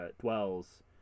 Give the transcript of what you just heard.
dwells